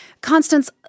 Constance